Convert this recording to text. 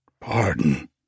pardon